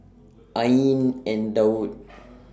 Ain and Daud